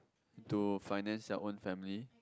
to finance their own family